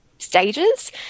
stages